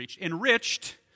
enriched